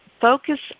focus